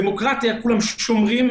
דמוקרטיה כולם שומרים,